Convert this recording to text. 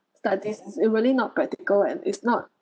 studies is really not practical and it's not